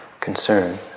concern